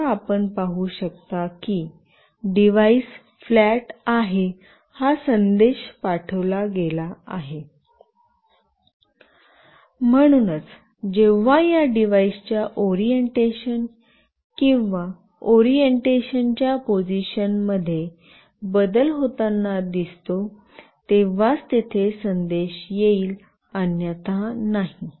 आता आपण पाहू शकता की डिव्हाइस फ्लॅट आहे हा संदेश पाठविला गेला आहे म्हणूनच जेव्हा या डिव्हाइसच्या ओरिएंटेशन किंवा ओरिएंटेशनच्या पोझिशनमध्ये बदल होताना दिसतोतेव्हाच तेथे संदेश येईल अन्यथा नाही